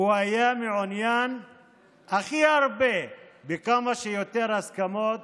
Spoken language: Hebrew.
היה מעוניין הכי הרבה בכמה שיותר הסכמות